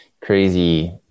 crazy